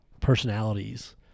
personalities